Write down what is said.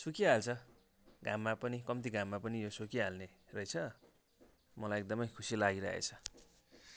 सुकिहाल्छ घाममा पनि कम्ति घाममा पनि यो सुकिहाल्ने रहेछ मलाई एकदमै खुसी लागिरहेछ